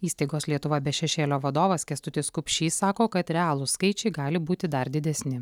įstaigos lietuva be šešėlio vadovas kęstutis kupšys sako kad realūs skaičiai gali būti dar didesni